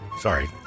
Sorry